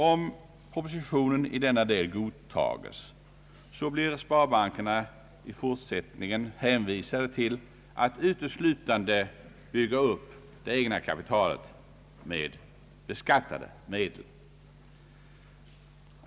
Om propositionen i denna del godtages blir sparbankerna i fortsättningen hänvisade till att uteslutande bygga upp det egna kapitalet med beskattade medel.